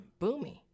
Boomy